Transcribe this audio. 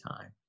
time